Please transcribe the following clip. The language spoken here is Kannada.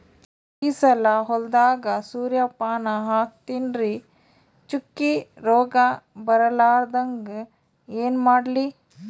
ಈ ಸಲ ಹೊಲದಾಗ ಸೂರ್ಯಪಾನ ಹಾಕತಿನರಿ, ಚುಕ್ಕಿ ರೋಗ ಬರಲಾರದಂಗ ಏನ ಮಾಡ್ಲಿ?